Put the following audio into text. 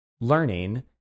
learning